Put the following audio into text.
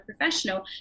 professional